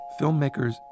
filmmakers